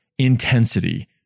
intensity